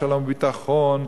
שלום וביטחון,